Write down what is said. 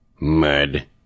Mud